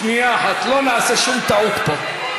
שנייה אחת, לא נעשה שום טעות פה.